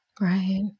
Right